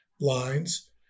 lines